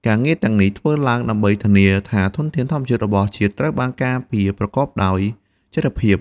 ការងារទាំងនេះធ្វើឡើងដើម្បីធានាថាធនធានធម្មជាតិរបស់ជាតិត្រូវបានការពារប្រកបដោយចីរភាព។